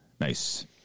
Nice